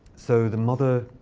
so the mother